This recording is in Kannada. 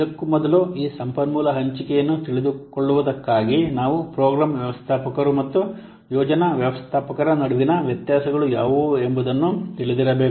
ಇದಕ್ಕೂ ಮೊದಲು ಈ ಸಂಪನ್ಮೂಲ ಹಂಚಿಕೆಯನ್ನು ತಿಳಿದುಕೊಳ್ಳುವುದಕ್ಕಾಗಿ ನಾವು ಪ್ರೋಗ್ರಾಂ ವ್ಯವಸ್ಥಾಪಕರು ಮತ್ತು ಯೋಜನಾ ವ್ಯವಸ್ಥಾಪಕರ ನಡುವಿನ ವ್ಯತ್ಯಾಸಗಳು ಯಾವುವು ಎಂಬುದನ್ನು ತಿಳಿದಿರಬೇಕು